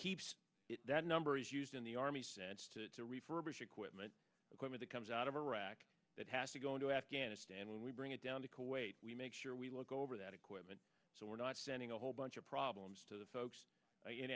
keeps that number is used in the army to refurbish equipment equipment it comes out of iraq that has to go into afghanistan when we bring it down to call wait we make sure we look over that equipment so we're not sending a whole bunch of problems to the folks in